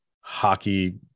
hockey